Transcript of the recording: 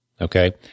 okay